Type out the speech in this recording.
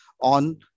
on